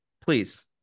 please